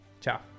Ciao